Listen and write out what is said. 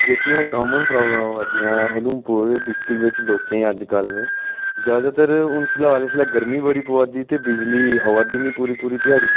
जेह्कियां कामन प्राब्लमां आवै दियां उधमपुर डिस्ट्रिक बिच लोकें गी अजकल जैदातर हुन फिलहाल इसलै गर्मी बड़ी पवै दी ते बिजली आवै दी निं पूरी पूरी ध्याड़ी